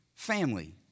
family